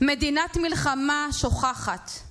"מדינת מלחמה / שוכחת /